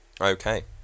Okay